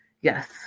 Yes